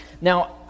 Now